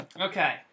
Okay